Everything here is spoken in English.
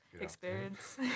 experience